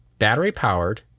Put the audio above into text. Battery-powered